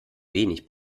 wenig